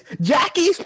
Jackie